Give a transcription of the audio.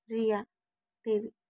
रिया देवी